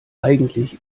eigentlich